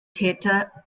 täter